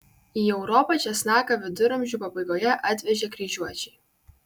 į europą česnaką viduramžių pabaigoje atvežė kryžiuočiai